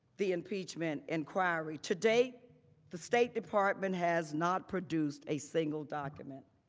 the impeachment inquiry today the state department has not produced a single document.